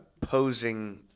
posing